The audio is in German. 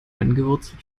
angewurzelt